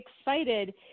excited